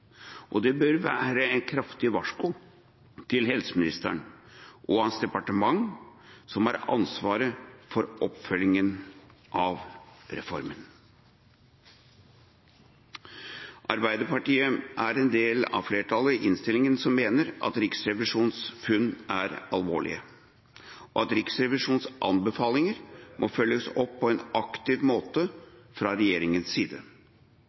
Og det bør være et kraftig varsko til helseministeren og hans departement, som har ansvaret for oppfølgingen av reformen. Arbeiderpartiet er en del av flertallet i innstillingen som mener at Riksrevisjonens funn er alvorlige, og at Riksrevisjonens anbefalinger må følges opp på en aktiv måte fra regjeringens side.